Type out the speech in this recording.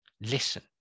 Listen